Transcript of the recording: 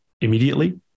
immediately